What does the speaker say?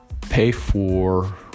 pay-for